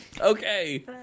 Okay